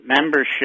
membership